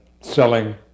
selling